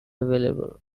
available